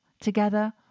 together